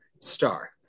Star